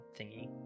thingy